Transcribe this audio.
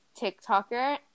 tiktoker